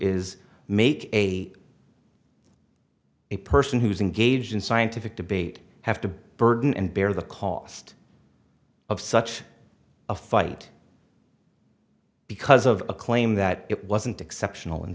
is make a a person who's engaged in scientific debate have to burden and bear the cost of such a fight because of a claim that it wasn't exceptional